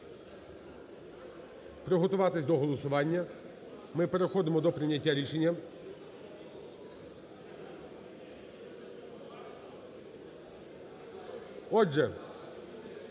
приготуватись до голосування, ми переходимо до прийняття рішення. Отже,